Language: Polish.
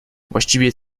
właściwie